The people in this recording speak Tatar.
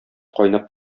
кайнап